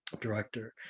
director